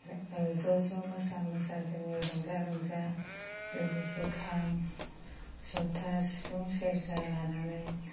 ज' ज' मोसा मोसा जोङो रंजा रंजा लोगोसे खाम जथा सिफुं सेरजा लानानै